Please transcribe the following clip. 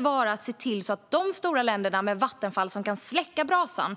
vara att se till att de stora länderna med vattenfall som enkelt kan släcka brasan